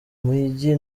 migi